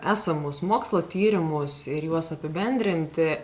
esamus mokslo tyrimus ir juos apibendrinti